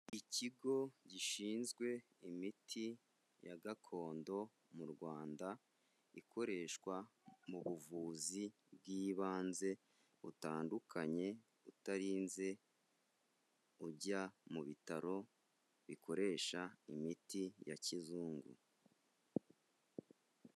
Ikigo gishinzwe imiti ya gakondo mu Rwanda, ikoreshwa mu buvuzi bw'ibanze butandukanye, utarinze ujya mu bitaro bikoresha imiti ya kizungu.